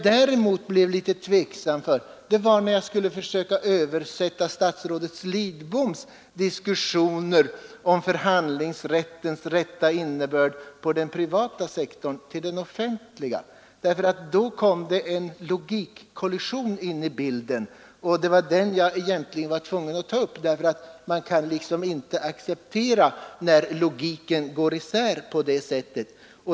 Däremot blev jag litet tveksam när jag skulle försöka översätta statsrådet Lidboms diskussionsinlägg, som gällde förhandlingsrättens riktiga innebörd, från den privata sektorn till den offentliga. Där kom en logikkollision in i bilden. Den var jag tvungen att ta upp, eftersom jag inte kan acceptera att logiken går isär på det sättet.